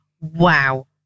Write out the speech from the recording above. wow